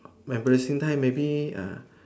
embarrassing time maybe uh